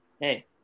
hey